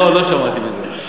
לא, לא שמעתי מזה.